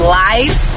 life